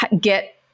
get